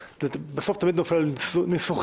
בסוף זה תמיד נופל על ניסוחים,